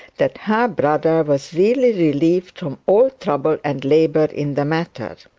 that her brother was really relieved from all trouble and labour in the matter.